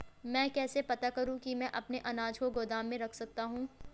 मैं कैसे पता करूँ कि मैं अपने अनाज को गोदाम में रख सकता हूँ?